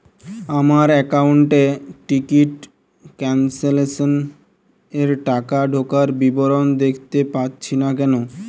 আমার একাউন্ট এ ticket cancellation এর টাকা ঢোকার বিবরণ দেখতে পাচ্ছি না কেন?